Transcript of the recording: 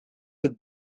het